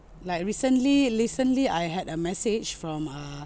like recently recently I had a message from uh